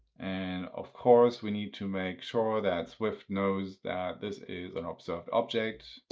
and of course, we need to make sure that swift knows that this is an observed object,